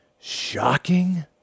shocking